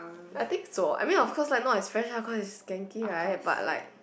I think so I mean of course lah not expensive cause is Genki right is but like